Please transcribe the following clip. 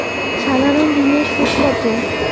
সাধারণ ঋণের সুদ কত?